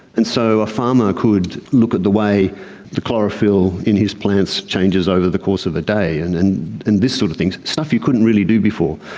and so a farmer could look at the way the chlorophyll in his plants changes over the course of a day and and and this sort of thing, stuff you couldn't really do before.